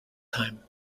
time